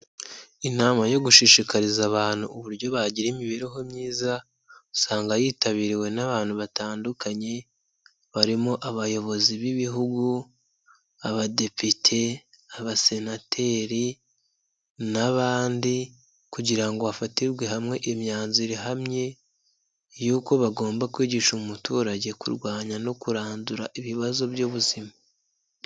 Inama yo gushishikariza abantu uburyo bagira imibereho myiza usanga yitabiriwe n'abantu batandukanye barimo abayobozi b'ibihugu, abadepite, abasenateri n'abandi kugira ngo hafatirwe hamwe imyanzuro ihamye y'uko bagomba kwigisha umuturage kurwanya no kurandura ibibazo by'ubuzima.